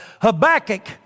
Habakkuk